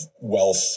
wealth